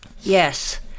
Yes